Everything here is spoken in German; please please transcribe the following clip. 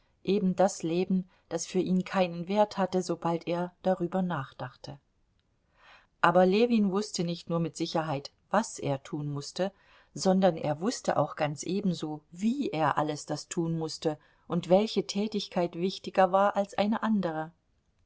eben das leben das für ihn keinen wert hatte sobald er darüber nachdachte aber ljewin wußte nicht nur mit sicherheit was er tun mußte sondern er wußte auch ganz ebenso wie er alles das tun mußte und welche tätigkeit wichtiger war als eine andere